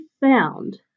found